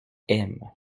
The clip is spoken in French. aime